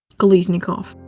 kolesnikov.